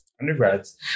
undergrads